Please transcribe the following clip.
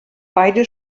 beide